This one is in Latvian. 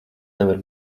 nevar